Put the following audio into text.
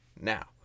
Now